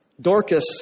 Dorcas